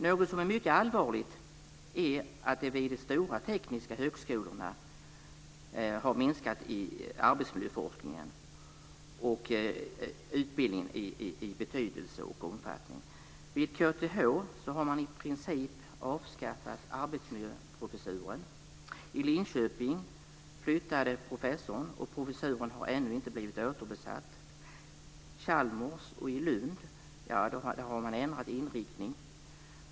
Något som är mycket allvarligt är att arbetsmiljöforskningen och arbetsmiljöutbildningen har minskat i betydelse och omfattning vid de stora tekniska högskolorna. Vid KTH har man i princip avskaffat arbetsmiljöprofessuren. I Linköping flyttade professorn, och professuren har ännu inte blivit återbesatt. Vid Chalmers och i Lund har man en ändrad inriktning.